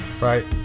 Right